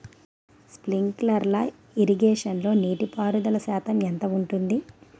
Sprinkler ఇరగేషన్లో నీటి ఉపయోగ శాతం ఎంత ఉంటుంది?